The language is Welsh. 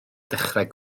dechrau